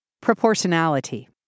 Proportionality